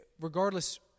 Regardless